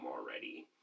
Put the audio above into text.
already